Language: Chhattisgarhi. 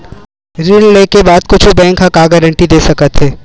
ऋण लेके बाद कुछु बैंक ह का गारेंटी दे सकत हे?